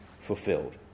fulfilled